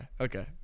okay